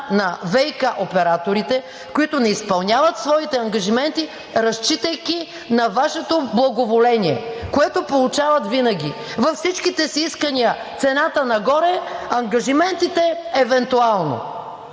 на ВиК операторите, които не изпълняват своите ангажименти, разчитайки на Вашето благоволение, което получават винаги. Във всичките си искания – цената нагоре, ангажиментите – евентуално.